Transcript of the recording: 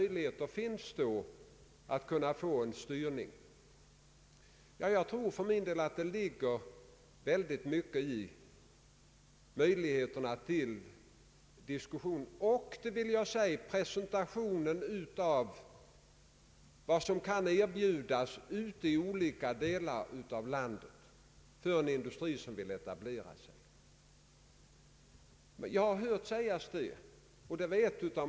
Jag tror att det ligger mycket i möjligheterna till diskussion och i presentationen av vad som kan erbjudas ute i olika delar av landet för en industri som vill etablera sig eller bygga ut.